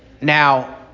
Now